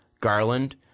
Garland